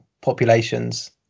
populations